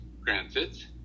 granted